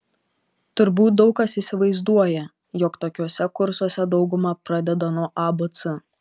turbūt daug kas įsivaizduoja jog tokiuose kursuose dauguma pradeda nuo abc